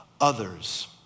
others